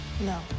No